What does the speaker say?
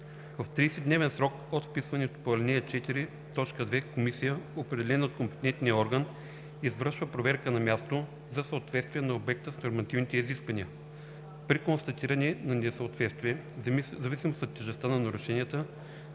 В 30-дневен срок от вписването по ал. 4, т. 2 комисия, определена от компетентния орган, извършва проверка на място за съответствие на обекта с нормативните изисквания. При констатиране на несъответствие, в зависимост от тежестта на нарушенията,